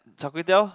Char-Kway-Teow